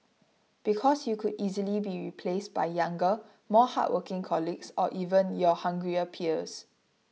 because you could easily be replaced by younger more hardworking colleagues or even your hungrier peers